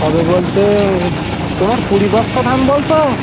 কবে বলতে তোমার কুড়ি বস্তা ধান বলছো